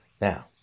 Now